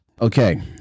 okay